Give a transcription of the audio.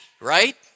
right